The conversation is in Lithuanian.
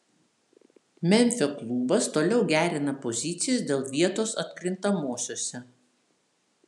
memfio klubas toliau gerina pozicijas dėl vietos atkrintamosiose